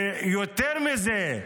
יותר מזה,